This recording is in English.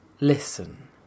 Listen